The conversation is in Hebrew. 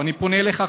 אני פונה אליך,